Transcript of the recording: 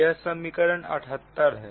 यह समीकरण 78 है